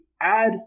add